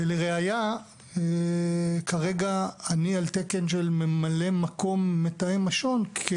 ולראיה כרגע אני על תקן של ממלא מקום מתאם השבויים והנעדרים